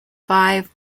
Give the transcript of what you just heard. five